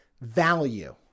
value